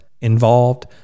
involved